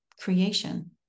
creation